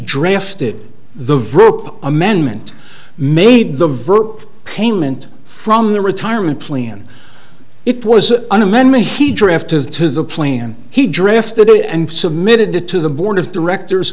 drafted the verb amendment made the virk payment from the retirement plan it was an amendment he drafted to the plan he drafted and submitted it to the board of directors